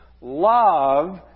Love